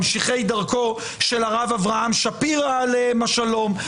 ממשיכי דרכו של הרב אברהם שפירא עליהם השלום,